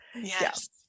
Yes